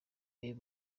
uyu